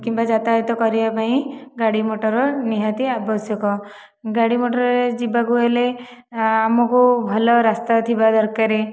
କିମ୍ବା ଯାତାୟାତ କରିବା ପାଇଁ ଗାଡ଼ି ମଟର ନିହାତି ଆବଶ୍ୟକ ଗାଡ଼ି ମଟରରେ ଯିବାକୁ ହେଲେ ଆମକୁ ଭଲ ରାସ୍ତା ଥିବା ଦରକାରେ